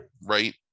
right